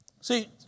See